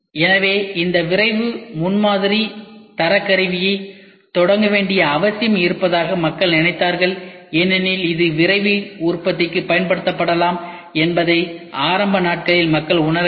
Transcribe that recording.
எனவே இந்த விரைவு முன்மாதிரி தரக் கருவியைத் தொடங்க வேண்டிய அவசியம் இருப்பதாக மக்கள் நினைத்தார்கள் ஏனெனில் இது விரைவு உற்பத்திக்கு பயன்படுத்தப்படலாம் என்பதை ஆரம்ப நாட்களில் மக்கள் உணரவில்லை